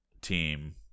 team